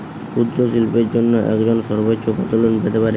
ক্ষুদ্রশিল্পের জন্য একজন সর্বোচ্চ কত লোন পেতে পারে?